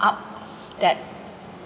up that